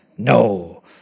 No